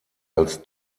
als